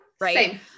right